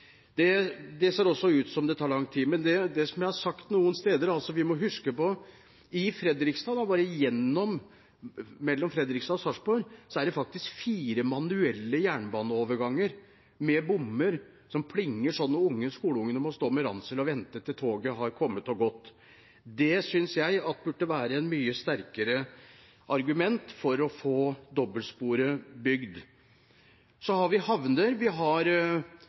Det ser også ut som det tar lang tid. Men det jeg har sagt noen steder, er at vi må huske på at mellom Fredrikstad og Sarpsborg er det faktisk fire manuelle jernbaneoverganger med bommer som plinger, og skoleungene må stå med ransel og vente til toget har kommet og gått. Det synes jeg burde være et mye sterkere argument for å få dobbeltsporet bygget. Så har vi havner. Vi har